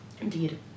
Indeed